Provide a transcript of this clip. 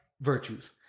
virtues